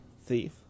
Thief